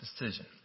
decision